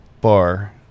bar